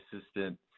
assistant